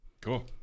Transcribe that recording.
Cool